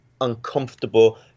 uncomfortable